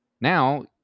Now